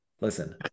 Listen